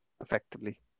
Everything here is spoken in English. effectively